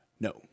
No